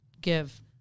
give